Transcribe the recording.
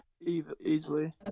easily